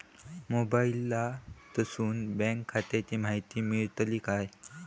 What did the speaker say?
मोबाईलातसून बँक खात्याची माहिती मेळतली काय?